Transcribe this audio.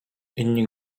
inni